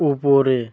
উপরে